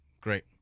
Great